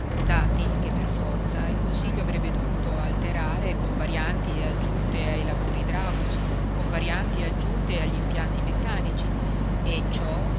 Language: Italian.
dati che per forza il consiglio avrebbe dovuto alterare con varianti e aggiunte ai lavori idraulici con varianti e aggiunte agl'impianti meccanici e ciò